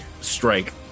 strike